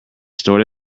stored